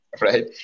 right